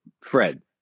Fred